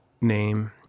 name